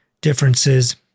differences